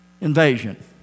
invasion